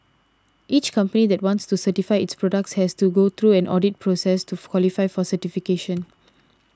each company that wants to certify its products has to go through an audit process to qualify for certification